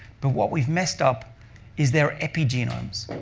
but what we've messed up is their epigenomes.